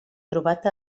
trobat